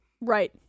Right